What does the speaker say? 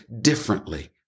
differently